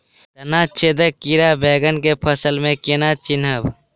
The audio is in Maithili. तना छेदक कीड़ा बैंगन केँ फसल म केना चिनहब?